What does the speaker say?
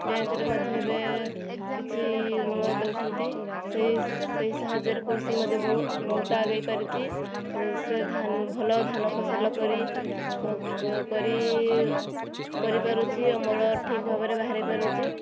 ବ୍ୟାଙ୍କରେ ମଧ୍ୟ ଏବେ କିଛି ଋଣ ଦେଉଛନ୍ତି ସେଇ ସେଇ ସାହାଯ୍ୟରେ କୃଷି ମଧ୍ୟ ବହୁ ବହୁତ ଆଗେଇପାରିଛି ସେ ଭଲ ଧାନ ଫସଲ କରି କରି କରିପାରୁଛି ଅମଳ ଠିକ୍ ଭାବରେ ବାହାରି ପାରୁଛି